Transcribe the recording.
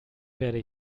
werde